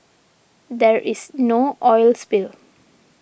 there is no oil spill